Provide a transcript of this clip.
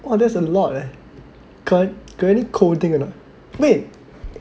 !wah! that's a lot eh can got any coding or not eh